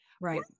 Right